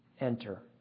enter